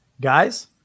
Guys